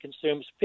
consumes